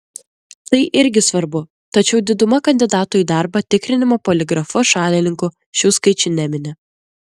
tai irgi svarbu tačiau diduma kandidatų į darbą tikrinimo poligrafu šalininkų šių skaičių nemini